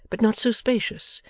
but not so spacious,